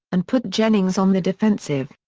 and put jennings on the defensive.